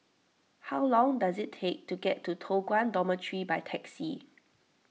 how long does it take to get to Toh Guan Dormitory by taxi